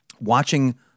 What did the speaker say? watching